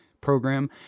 program